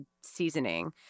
seasoning